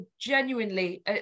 genuinely